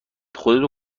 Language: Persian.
خودتو